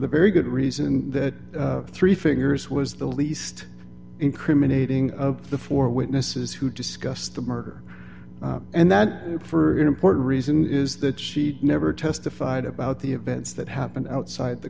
the very good reason that three figures was the least incriminating of the four witnesses who discussed the murder and that for important reason is that she never testified about the events that happened outside the